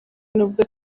nubwo